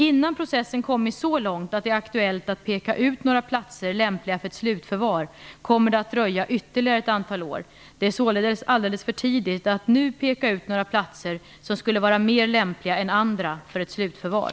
Innan processen kommit så långt att det är aktuellt att peka ut några platser lämpliga för ett slutförvar kommer det att dröja ytterligare ett antal år. Det är således alldeles för tidigt att nu peka ut några platser som skulle vara mer lämpliga än andra för ett slutförvar.